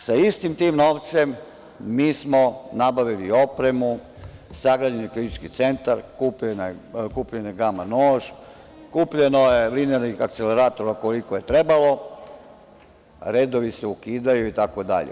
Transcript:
Sa istim tim novcem mi smo nabavili opremu, sagrađen je klinički centar, kupljen je gama nož, kupljeno je linearnih akceleratora koliko je trebalo, redovi se ukidaju, itd.